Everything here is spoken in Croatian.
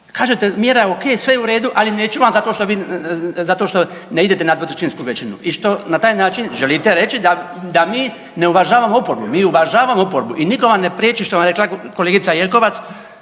Kažete, mjera je okej, sve je u redu, ali neću vam zato što vi, zato što ne idete na dvotrećinsku većinu i što, na taj način želite reći da mi ne uvažavamo oporbu. Mi uvažavamo oporbu i nitko vam ne priječi, što vam je rekla kolegica Jelkovac